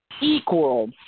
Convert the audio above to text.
Equal